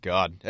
God